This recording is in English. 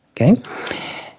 okay